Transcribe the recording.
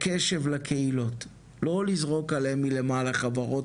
וקשב לקהילות, לא לזרוק עליהם מלמעלה חברות,